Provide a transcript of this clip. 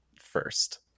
first